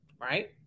right